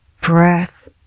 breath